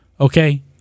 Okay